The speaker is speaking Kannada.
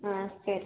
ಹಾಂ ಸರಿ